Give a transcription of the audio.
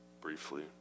briefly